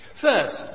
First